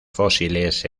fósiles